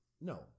no